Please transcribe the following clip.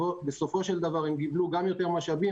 בסופו של דבר הם קיבלו גם יותר משאבים